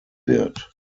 wird